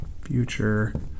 future